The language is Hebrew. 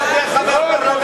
זמנך עבר.